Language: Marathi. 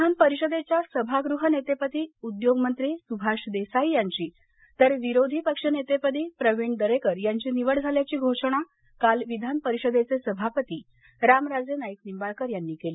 विधान परिषदेच्या सभागृह नेतेपदी उद्योगमंत्री सुभाष देसाई यांची तर विरोधी पक्ष नेतेपदी प्रवीण दरेकर यांची निवड झाल्याची घोषणा काल विधान परिषदेचे सभापती रामराजे नाईक निंबाळकर यांनी केली